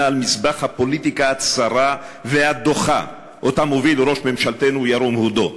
על מזבח הפוליטיקה הצרה והדוחה שמוביל ראש ממשלתנו ירום הודו.